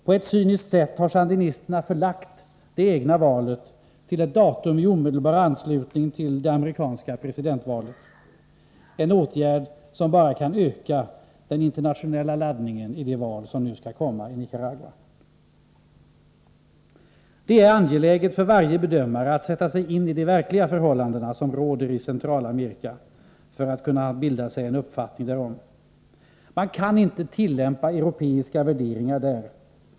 Sandinisterna har på ett cyniskt sätt förlagt det egna valet till ett datum i omedelbar anslutning till det amerikanska presidentvalet, en åtgärd som bara kan öka den internationella laddningen i det val som skall företas i Nicaragua. Det är angeläget för varje bedömare att sätta sig in i de verkliga förhållandena i Centralamerika för att kunna bilda sig en uppfattning därom. Man kan inte tillämpa europeiska värderingar där.